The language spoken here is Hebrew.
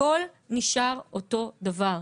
הכול נשאר אותו דבר.